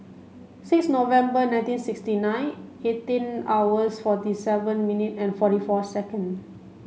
six November nineteen sixty nine eighteen hours forty seven minute and forty four second